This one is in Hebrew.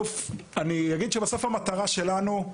אני אגיד שבסוף המטרה שלנו,